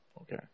Okay